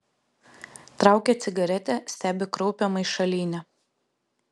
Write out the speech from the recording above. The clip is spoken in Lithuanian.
traukia cigaretę stebi kraupią maišalynę